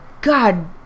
God